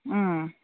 ꯎꯝ